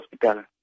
hospital